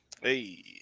Hey